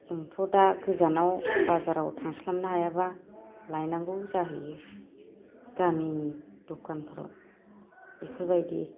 जोंथ' दा गोजानाव बाजाराव थांस्लाबनो हायाब्ला लायनांगौ जाहैयो गामिनि दखानफोराव इफोरबायदि